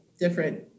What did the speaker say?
different